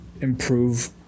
improve